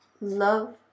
Love